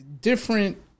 different